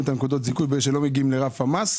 את נקודות הזיכוי ואלה שלא מגיעים לרף המס.